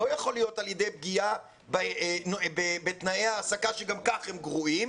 לא יכול להיות על ידי פגיעה בתנאי העסקה שגם כך הם גרועים